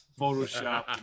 photoshop